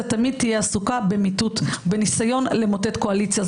תמיד תהיה עסוקה בניסיון למוטט קואליציה.